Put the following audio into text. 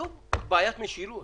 זאת בעיית משילות